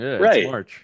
Right